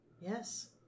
Yes